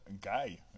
guy